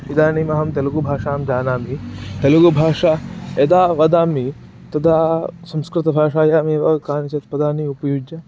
इदानीमहं तेलुगुभाषां जानामि तेलुगुभाषा यदा वदामि तदा संस्कृतभाषायामेव कानिचित् पदानि उपयुज्य